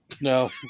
No